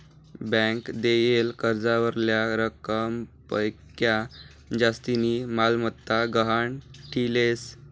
bank देयेल कर्जावरल्या रकमपक्शा जास्तीनी मालमत्ता गहाण ठीलेस